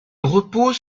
repose